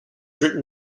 written